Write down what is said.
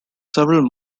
several